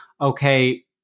okay